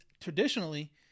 Traditionally